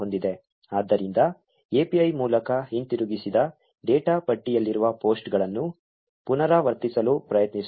ಆದ್ದರಿಂದ API ಮೂಲಕ ಹಿಂತಿರುಗಿಸಿದ ಡೇಟಾ ಪಟ್ಟಿಯಲ್ಲಿರುವ ಪೋಸ್ಟ್ಗಳನ್ನು ಪುನರಾವರ್ತಿಸಲು ಪ್ರಯತ್ನಿಸೋಣ